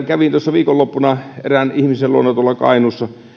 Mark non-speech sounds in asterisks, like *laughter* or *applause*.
*unintelligible* kävin tuossa viikonloppuna erään ihmisen luona kainuussa ja